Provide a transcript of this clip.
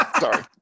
sorry